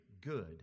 good